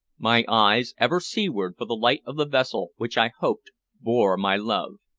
my eyes ever seaward for the light of the vessel which i hoped bore my love.